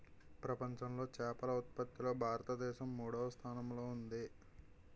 ప్రపంచంలో చేపల ఉత్పత్తిలో భారతదేశం మూడవ స్థానంలో ఉంది